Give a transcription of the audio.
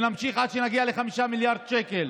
ונמשיך עד שנגיע ל-5 מיליארד שקלים.